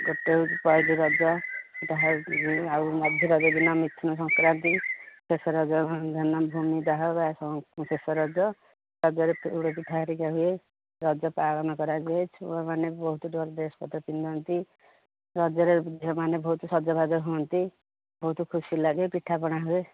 ଗୋଟେ ହେଉଛି ପହିଲି ରଜ ବାହାରକୁ ଯିବୁ ଆଉ ମଧ୍ୟ ଭାଗ ଦିନ ମିଥୁନ ସଂକ୍ରାନ୍ତି ଶେଷ ରଜ ଜନ୍ମ ଭୂମି ଦାହ ବା ଶେଷ ରଜ ରଜରେ ପୋଡ଼ ପିଠା ଧରିକା ହୁଏ ରଜ ପାଳନ କରାଯାଏ ଛୁଆମାନେ ବହୁତ ଡ୍ରେସ ପତ୍ର ପିନ୍ଧନ୍ତି ରଜରେ ଝିଅମାନେ ବହୁତ ସଜବାଜ ହୁଅନ୍ତି ବହୁତ ଖୁସି ଲାଗେ ପିଠା ପଣା ହୁଏ